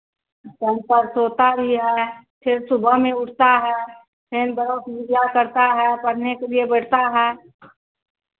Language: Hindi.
टाइम पर सोता भी है फिर सुबह में उठता है फिर दौड़ पूजा करता है पढ़ने के लिए बैठता है